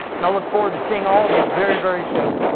and i'll look forward to seeing all of you very, very soon.